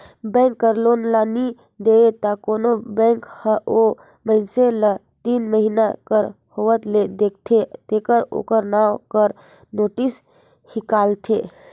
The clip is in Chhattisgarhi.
बेंक कर लोन ल नी देबे त कोनो बेंक हर ओ मइनसे ल तीन महिना कर होवत ले देखथे तेकर ओकर नांव कर नोटिस हिंकालथे